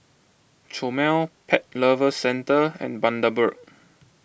Chomel Pet Lovers Centre and Bundaberg